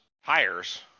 hires